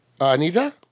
Anita